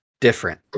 different